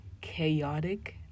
chaotic